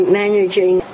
managing